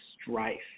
strife